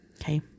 okay